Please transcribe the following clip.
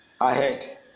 ahead